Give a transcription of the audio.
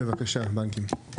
בבקשה, הבנקים.